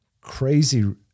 crazy